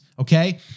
okay